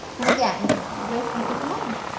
and again, just whisk until combined.